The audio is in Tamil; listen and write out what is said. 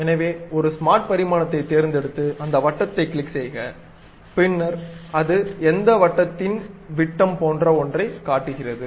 எனவே ஒரு ஸ்மார்ட் பரிமாணத்தைத் தேர்ந்தெடுத்து அந்த வட்டத்தைக் கிளிக் செய்க பின்னர் அது அந்த வட்டத்தின் விட்டம் போன்ற ஒன்றைக் காட்டுகிறது